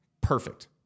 Perfect